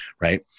right